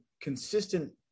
consistent